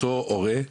אותו הורה,